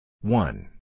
One